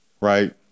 right